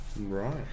Right